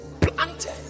planted